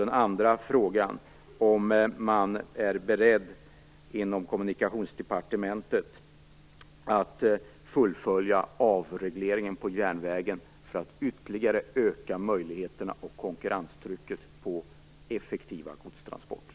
Den andra frågan var om man inom Kommunikationsdepartementet är beredd att fullfölja avregleringen på järnvägen för att ytterligare öka möjligheterna till och konkurrenstrycket på effektiva godstransporter.